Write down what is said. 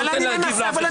אני מנסה לשאול אותך שאלה,